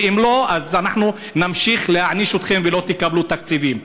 ואם לא אז אנחנו נמשיך להעניש אתכם ולא תקבלו תקציבים.